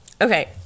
Okay